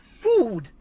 food